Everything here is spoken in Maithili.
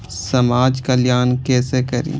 समाज कल्याण केसे करी?